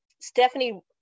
Stephanie